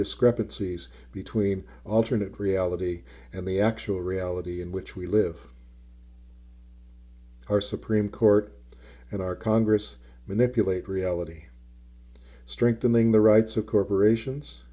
discrepancies between alternate reality and the actual reality in which we live our supreme court and our congress manipulate reality strengthening the rights of corporations